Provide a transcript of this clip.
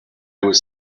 was